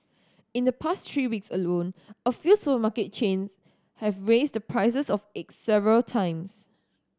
in the past three weeks alone a few supermarket chain have raised the prices of eggs several times